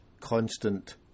constant